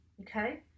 okay